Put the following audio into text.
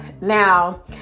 now